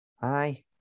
Hi